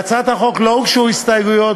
להצעת החוק לא הוגשו הסתייגויות.